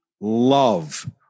love